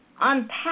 unpack